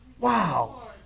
Wow